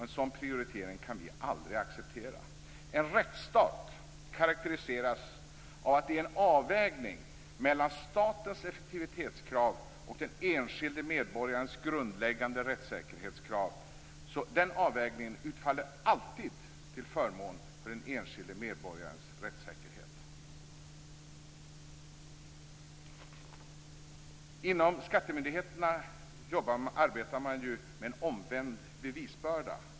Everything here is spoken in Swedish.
En sådan prioritering kan vi aldrig acceptera. En rättsstat karakteriseras av att det sker en avvägning mellan statens effektivitetskrav och den enskilde medborgarens grundläggande rättsäkerhetskrav, och den avvägningen utfaller alltid till förmån för den enskilde medborgarens rättssäkerhet. Inom skattemyndigheterna arbetar man ju med en omvänd bevisbörda.